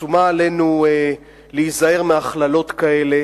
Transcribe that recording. שומה עלינו להיזהר מהכללות כאלה